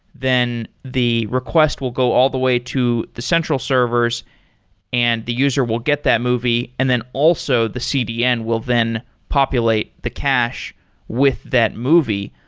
then the request will go all the way to the central servers and the user will get that movie. and then, also, the cdn will then populate the cache with that movie.